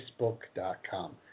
Facebook.com